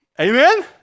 Amen